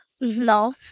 No